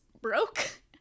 broke